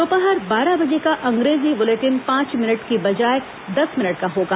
दोपहर बारह बजे का अंग्रेजी बुलेटिन पांच मिनट की बजाय दस मिनट का होगा